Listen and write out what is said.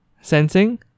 sensing